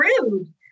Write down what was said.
rude